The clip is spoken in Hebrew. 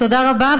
תודה רבה.